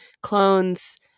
clones